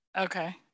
Okay